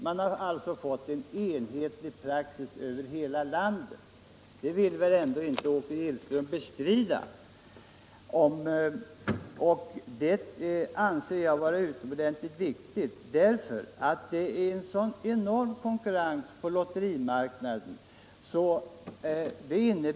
Man har på så sätt fått en enhetlig praxis över hela landet, och Åke Gillström vill väl inte bestrida värdet av det. Konkurrensen på lotterimarknaden är enorm.